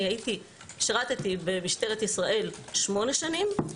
אני שירתי במשטרת ישראל שמונה שנים,